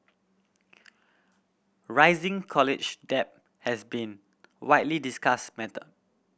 rising college debt has been widely discussed matter